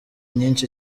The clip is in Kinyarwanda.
nyinshi